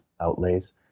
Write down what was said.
outlays